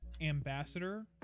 ambassador